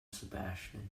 sebastian